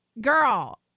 Girl